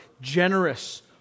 generous